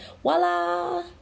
voila